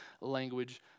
language